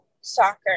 soccer